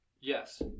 Yes